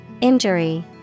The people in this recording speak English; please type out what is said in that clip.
Injury